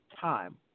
time